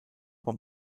beim